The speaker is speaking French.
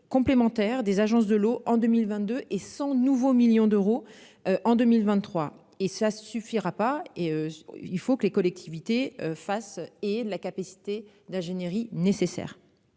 complémentaire des agences de l'eau en 2022 et 100 nouveaux millions d'euros en 2023 et ça suffira pas et il faut que les collectivités face et de la capacité d'ingénierie nécessaire.